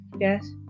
Yes